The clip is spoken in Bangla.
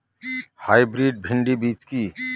হাইব্রিড ভীন্ডি বীজ কি?